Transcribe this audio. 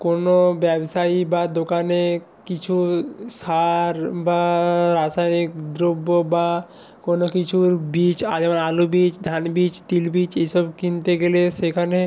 কোনো ব্যবসায়ী বা দোকানে কিছু সার বা রাসায়নিক দ্রব্য বা কোনো কিছুর বীজ আর এবার আলু বীজ ধান বীজ তিল বীজ এই সব কিনতে গেলে সেখানে